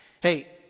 Hey